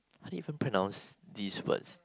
how you pronounce this words